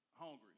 Hungry